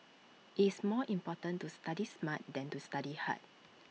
IT is more important to study smart than to study hard